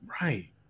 Right